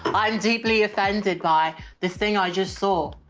i'm deeply offended by the thing i just saw.